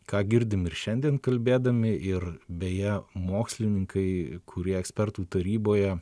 ką girdim ir šiandien kalbėdami ir beje mokslininkai kurie ekspertų taryboje